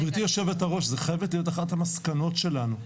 גברתי היו"ר, זו חייבת להיות אחת המסקנות שלנו,